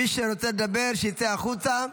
מי שרוצה לדבר, שיצא החוצה.